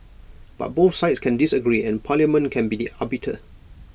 but both sides can disagree and parliament can be the arbiter